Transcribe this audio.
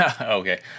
Okay